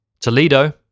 Toledo